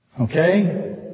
Okay